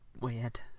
weird